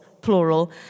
plural